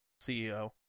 CEO